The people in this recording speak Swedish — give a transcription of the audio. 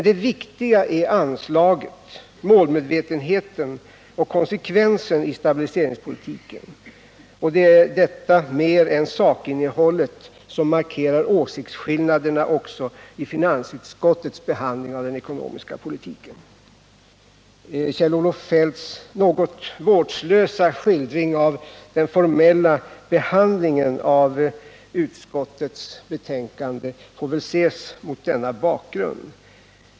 Det viktiga är dock anslaget, målmedvetenheten och konsekvensen i stabiliseringspolitiken, och det är detta mer än sakinnehållet som har markerat åsiktsskillnaderna i finansutskottets behandling av den ekonomiska politiken. Kjell-Olof Feldts något vårdslösa skildring av den formella behandlingen av utskottets betänkande får väl ses mot denna bakgrund.